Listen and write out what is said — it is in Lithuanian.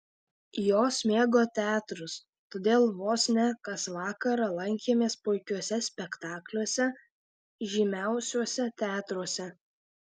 jos mėgo teatrus todėl vos ne kas vakarą lankėmės puikiuose spektakliuose žymiausiuose teatruose